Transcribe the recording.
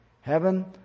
heaven